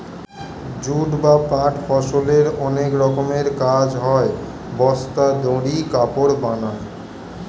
jute বা পাট ফসলের অনেক রকমের কাজ হয়, বস্তা, দড়ি, কাপড় বানায়